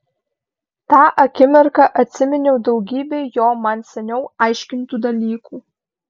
tą akimirką atsiminiau daugybę jo man seniau aiškintų dalykų